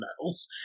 medals